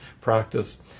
practice